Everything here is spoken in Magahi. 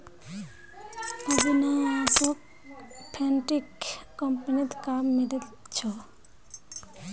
अविनाशोक फिनटेक कंपनीत काम मिलील छ